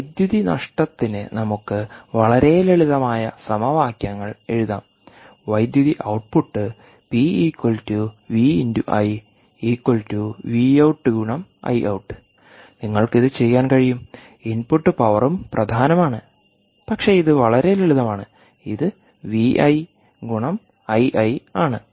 വൈദ്യുതി നഷ്ടത്തിന് നമുക്ക് വളരെ ലളിതമായ സമവാക്യങ്ങൾ എഴുതാം വൈദ്യുതി output P V I Vout Iout നിങ്ങൾക്ക് ഇത് ചെയ്യാൻ കഴിയും ഇൻപുട്ട് പവറും പ്രധാനമാണ് പക്ഷേ ഇത് വളരെ ലളിതമാണ് ഇത് Vi Ii ആണ്